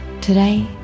Today